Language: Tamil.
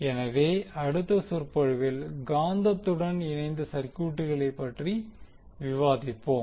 எனவே அடுத்த சொற்பொழிவில் காந்தத்துடன் இணைந்த சர்க்யூட்கள் பற்றி விவாதிப்போம்